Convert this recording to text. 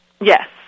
Yes